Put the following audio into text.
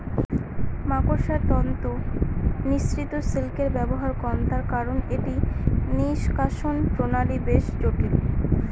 মাকড়সার তন্তু নিঃসৃত সিল্কের ব্যবহার কম তার কারন এটি নিঃষ্কাষণ প্রণালী বেশ জটিল